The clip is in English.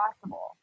possible